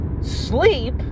sleep